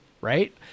right